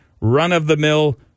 run-of-the-mill